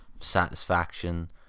satisfaction